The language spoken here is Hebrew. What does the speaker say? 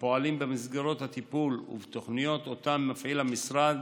הפועלים במסגרות הטיפול ובתוכניות שמפעיל המשרד